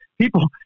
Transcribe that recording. people